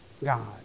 god